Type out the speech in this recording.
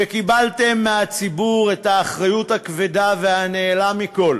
שקיבלתם מהציבור את האחריות הכבדה והנעלה מכול